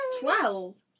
twelve